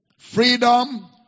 Freedom